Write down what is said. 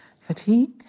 Fatigue